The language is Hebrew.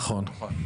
נכון.